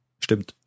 Stimmt